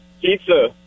pizza